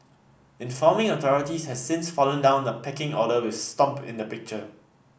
informing authorities has since fallen down the pecking order with stomp in the picture